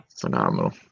Phenomenal